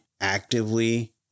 actively